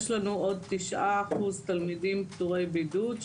יש לנו עוד 9% תלמידים פטורי בידוד,